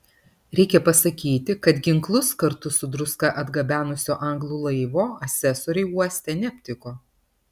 reikia pasakyti kad ginklus kartu su druska atgabenusio anglų laivo asesoriai uoste neaptiko